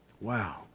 Wow